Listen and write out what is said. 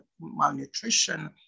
malnutrition